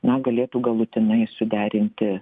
na galėtų galutinai suderinti